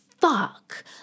fuck